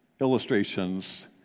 illustrations